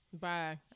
Bye